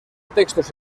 textos